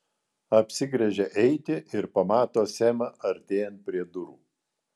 apsigręžia eiti ir pamato semą artėjant prie durų